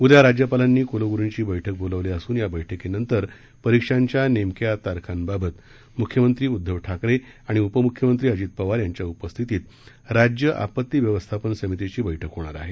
उद्या राज्यपालांनी क्लग्रुंची बैठक बोलावली सून या बैठकीनंतर परीक्षांच्या नेमक्या तारखांबाबत म्ख्यमंत्री उद्धव ठाकरे आणि उपम्ख्यमंत्री जित पवार यांच्या उपस्थितीत राज्य आपती व्यवस्थापन समितीची बैठक होणार आहे